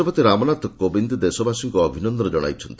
ରାଷ୍ଟ୍ରପତି ରାମନାଥ କୋବିନ୍ଦ ଦେଶବାସୀଙ୍କୁ ଅଭିନନ୍ଦନ ଜଣାଇଛନ୍ତି